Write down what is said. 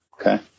Okay